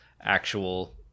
actual